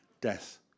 death